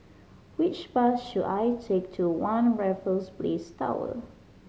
which bus should I take to One Raffles Place Tower